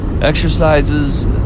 exercises